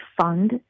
fund